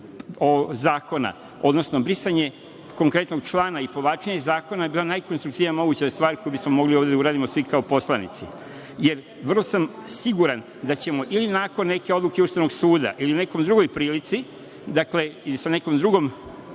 zakona, odnosno brisanje konkretnog člana i povlačenje zakona bila najkonstruktivnija moguća stvar koju bismo mogli ovde da uradimo svi, kao poslanici. Vrlo sam siguran da ćemo, ili nakon neke odluke Ustavnog suda ili u nekoj drugoj prilici, dakle sa nekom drugom